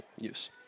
use